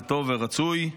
טוב ורצוי,